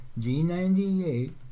G98